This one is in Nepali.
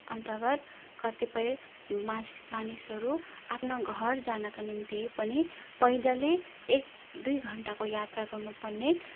अन्तर्गत कतिपय मासिस मानिसहरू आफ्नो घर जानको निम्ति पनि पैदलै एक दुई घण्टाको यात्रा गर्नु पर्ने